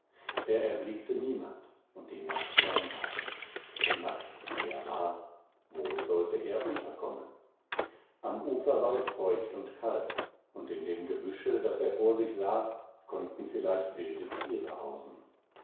er erblickte niemand und die nacht war nahe nackt wie er war wo sollte er unterkommen am ufer war es feucht und kalt und in dem gebüsche das er vor sich sah konnten vielleicht wilde tiere hausen